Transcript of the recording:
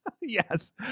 Yes